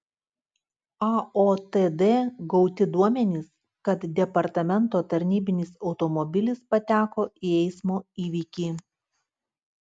aotd gauti duomenys kad departamento tarnybinis automobilis pateko į eismo įvykį